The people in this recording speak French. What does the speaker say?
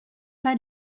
pas